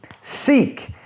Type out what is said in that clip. Seek